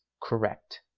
correct